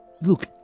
Look